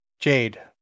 Jade